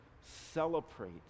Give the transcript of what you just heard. celebrate